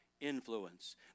influence